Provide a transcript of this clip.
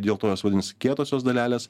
dėl to jos vadinasi kietosios dalelės